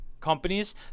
companies